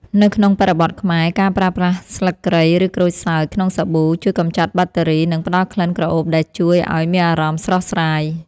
នៅក្នុងបរិបទខ្មែរ ការប្រើប្រាស់ស្លឹកគ្រៃ ឬក្រូចសើចក្នុងសាប៊ូ ជួយកម្ចាត់បាក់តេរី និងផ្តល់ក្លិនក្រអូបដែលជួយឱ្យមានអារម្មណ៍ស្រស់ស្រាយ។